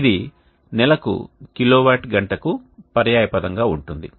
ఇది నెలకు కిలోవాట్ గంటకు పర్యాయపదంగా ఉంటుంది